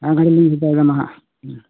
ᱟᱫᱚᱞᱤᱧ ᱢᱮᱛᱟ ᱵᱤᱱᱟ ᱦᱟᱸᱜ